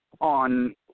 on